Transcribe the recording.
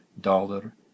dollar